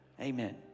Amen